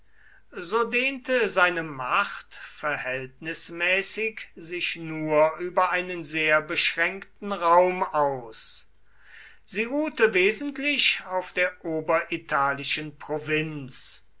so dehnte seine macht verhältnismäßig sich nur über einen sehr beschränkten raum aus sie ruhte wesentlich auf der oberitalischen provinz